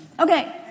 Okay